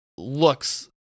Looks